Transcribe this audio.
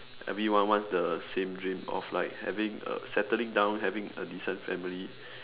everyone wants the same dream of like having a settling down having a decent family